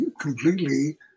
completely